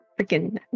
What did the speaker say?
freaking